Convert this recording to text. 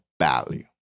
value